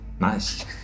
nice